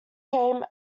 came